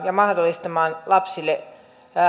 ja mahdollistamaan lapsille